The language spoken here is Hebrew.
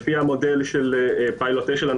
לפי המודל של פילוט אשל,